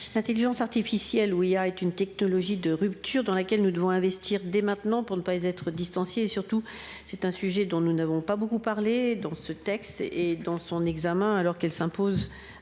l'Intelligence artificielle ou IA est une technologie de rupture dans laquelle nous devons investir dès maintenant pour ne pas être distancié surtout c'est un sujet dont nous n'avons pas beaucoup parlé dans ce texte, et dans son examen alors qu'elle s'impose